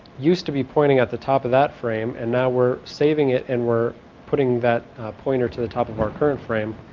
used to be pointing at the top of that frame and now we're saving it and we're putting that pointer to the top of our current frame.